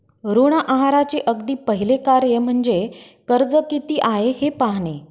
ऋण आहाराचे अगदी पहिले कार्य म्हणजे कर्ज किती आहे हे पाहणे